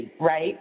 right